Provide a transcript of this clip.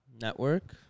network